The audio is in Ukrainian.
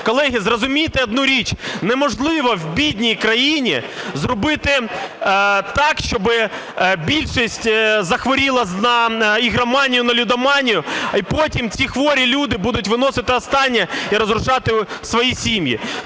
Колеги, зрозумійте одну річ, неможливо в бідній країні зробити так, щоб більшість захворіла на ігроманію, на лудоманію, і потім ці хворі люди будуть виносити останнє і розрушати свої сім'ї.